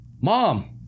mom